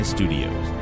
Studios